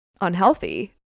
unhealthy